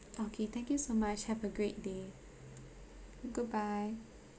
okay thank you so much have a great day good bye